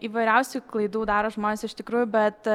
įvairiausių klaidų daro žmonės iš tikrųjų bet